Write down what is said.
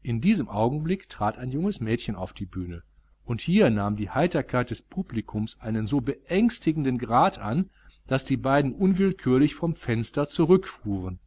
in diesem augenblick trat ein junges mädchen auf die bühne und hier nahm die heiterkeit des publikums einen so beängstigenden grad an daß die beiden unwillkürlich vom fenster zurückfuhren